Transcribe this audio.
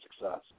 success